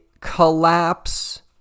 collapse